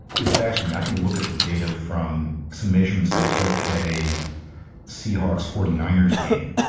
it's fascinating. i can look at the data from some measurements i took at a seahawks, forty nine ers game.